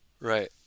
Right